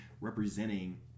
representing